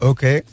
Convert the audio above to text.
Okay